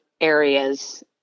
areas